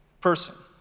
person